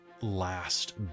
last